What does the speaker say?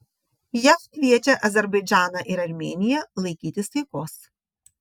jav kviečia azerbaidžaną ir armėniją laikytis taikos